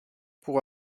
pour